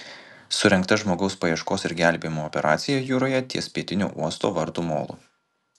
surengta žmogaus paieškos ir gelbėjimo operacija jūroje ties pietiniu uosto vartų molu